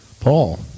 Paul